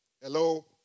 Hello